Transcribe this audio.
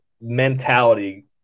mentality